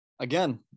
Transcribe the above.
Again